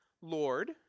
Lord